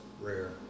rare